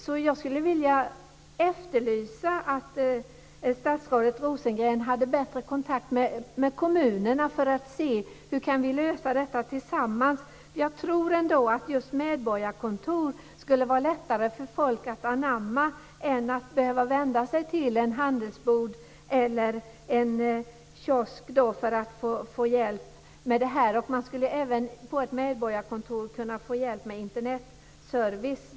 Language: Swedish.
Så jag skulle vilja efterlysa att statsrådet Rosengren hade bättre kontakt med kommunerna för att se hur vi kan lösa detta tillsammans. Jag tror ändå att just medborgarkontor skulle vara lättare för folk att anamma än att behöva vända sig till en handelsbod eller en kiosk för att få hjälp med det här. Man skulle även på ett medborgarkontor kunna få hjälp med Internetservice.